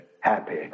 happy